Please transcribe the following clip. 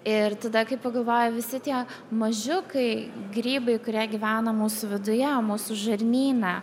ir tada kai pagalvoju visi tie mažiukai grybai kurie gyvena mūsų viduje mūsų žarnyne